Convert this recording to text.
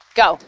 go